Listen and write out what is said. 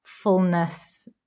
Fullness